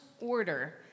order